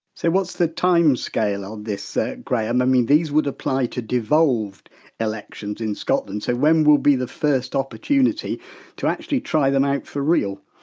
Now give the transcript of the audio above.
so what's the timescale on this ah graham? i mean these would apply to devolved elections in scotland, so when will be the first opportunity to actually try them out for real?